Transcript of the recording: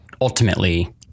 ultimately